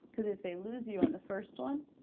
cause if they lose you on the first one,